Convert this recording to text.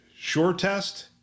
SureTest